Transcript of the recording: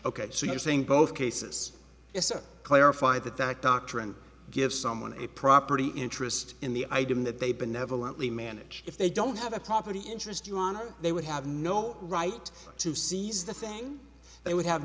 ok so you're saying both cases yes or clarify that that doctrine give someone a property interest in the item that they benevolently manage if they don't have a property interest you and they would have no right to seize the thing they would have